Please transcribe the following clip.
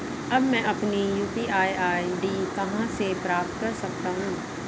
अब मैं अपनी यू.पी.आई आई.डी कहां से प्राप्त कर सकता हूं?